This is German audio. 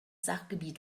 sachgebiet